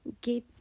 get